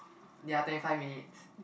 ya twenty five minutes